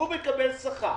הוא מקבל שכר